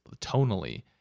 tonally